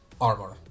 armor